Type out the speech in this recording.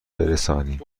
برسانیم